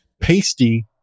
pasty